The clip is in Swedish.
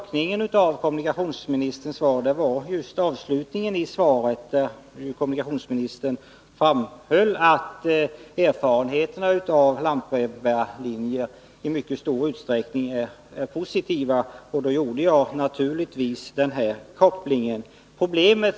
Kommunikationsministern framhöll dock i slutet av sitt svar att erfarenheterna av lantbrevbärarlinjer i mycket stor utsträckning är positiva, och det var anledningen till den reflexion som jag gjorde.